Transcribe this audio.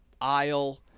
aisle